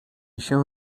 się